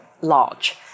large